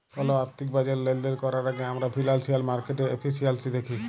call আথ্থিক বাজারে লেলদেল ক্যরার আগে আমরা ফিল্যালসিয়াল মার্কেটের এফিসিয়াল্সি দ্যাখি